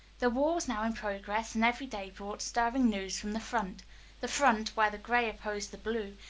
the war was now in progress, and every day brought stirring news from the front the front, where the gray opposed the blue,